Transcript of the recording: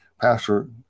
Pastor